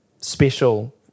special